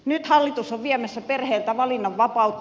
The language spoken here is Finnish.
nyt hallitus on viemässä perheiltä valinnan vapautta